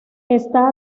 esta